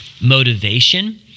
motivation